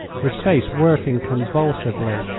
his face working convulsively,